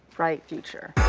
bright future.